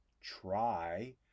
try